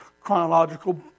chronological